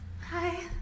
Hi